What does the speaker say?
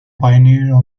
pioneer